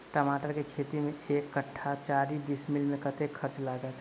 टमाटर केँ खेती मे एक कट्ठा वा चारि डीसमील मे कतेक खर्च लागत?